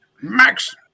Max